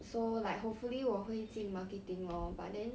so like hopefully 我会进 marketing lor but then